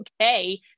okay